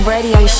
Radio